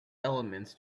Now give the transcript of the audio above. elements